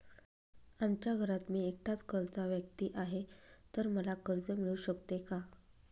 आमच्या घरात मी एकटाच कर्ता व्यक्ती आहे, तर मला कर्ज मिळू शकते का?